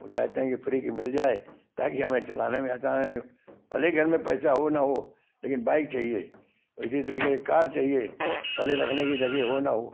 वो चाहते हैं कि फ्री की मिल जाए ताकि हमें चलाने में आसान रहे भले ही घर में पैसा हो ना हो लेकिन बाइक चाहिए उसी तरीके से कार चाहिए भले रखने की जगह हो न हो